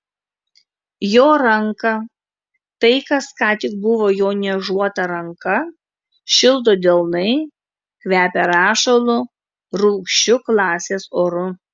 jo ranką tai kas ką tik buvo jo niežuota ranka šildo delnai kvepią rašalu rūgščiu klasės oru